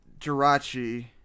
Jirachi